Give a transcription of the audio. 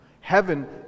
Heaven